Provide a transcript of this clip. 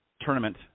tournament